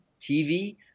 TV